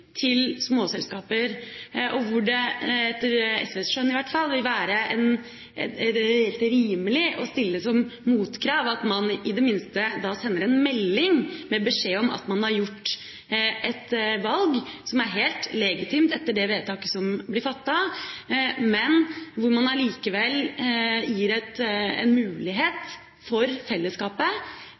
til småselskaper. Det vil, etter SVs skjønn i hvert fall, være helt rimelig å stille som motkrav at man i det minste da sender en melding med beskjed om at man har gjort et valg, som er helt legitimt etter det vedtaket som blir fattet, men hvor man allikevel gir en mulighet for fellesskapet